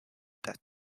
that